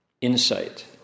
insight